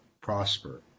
prosper